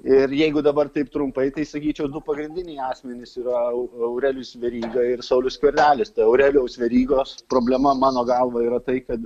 ir jeigu dabar taip trumpai tai sakyčiau du pagrindiniai asmenys yra aurelijus veryga ir saulius skvernelis tai aurelijaus verygos problema mano galva yra tai kad